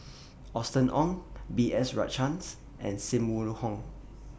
Austen Ong B S Rajhans and SIM Wong Hoo